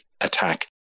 attack